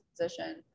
position